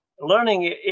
Learning